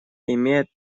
имеет